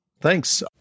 Thanks